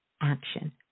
action